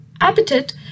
appetite